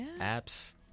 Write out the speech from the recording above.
Apps